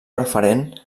preferent